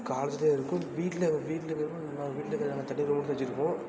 காலேஜ்லையும் இருக்கும் வீட்டில வீட்டில இருக்கிறவங்க நாங்கள் வீட்டில இருக்கிற நாங்கள் தனி ரூம்ல வச்சிருப்போம்